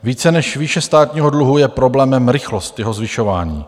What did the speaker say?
Více než výše státního dluhu je problémem rychlost jeho zvyšování.